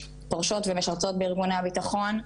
פורשות ומשרתות בארגוני הביטחון,